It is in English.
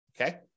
okay